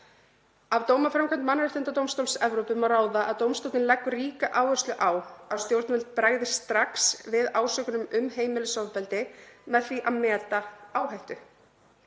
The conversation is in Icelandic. Af dómaframkvæmd Mannréttindadómstóls Evrópu má ráða að dómstóllinn leggur ríka áherslu á að stjórnvöld bregðist strax við ásökunum um heimilisofbeldi með því að meta áhættu.